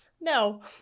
No